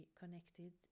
connected